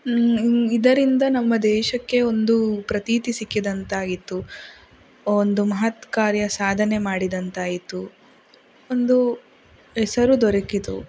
ಇದರಿಂದ ನಮ್ಮ ದೇಶಕ್ಕೆ ಒಂದು ಪ್ರತೀತಿ ಸಿಕ್ಕಿದಂತಾಯಿತು ಒಂದು ಮಹತ್ಕಾರ್ಯ ಸಾಧನೆ ಮಾಡಿದಂತಾಯಿತು ಒಂದು ಹೆಸರು ದೊರಕಿತು